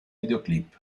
videoclip